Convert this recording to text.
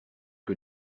que